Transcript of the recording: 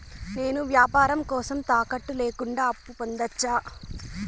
నేను వ్యాపారం కోసం తాకట్టు లేకుండా అప్పు పొందొచ్చా?